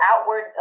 outward